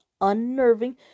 unnerving